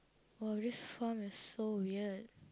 oh this farm is so weird